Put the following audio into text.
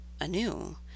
anew